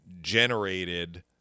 generated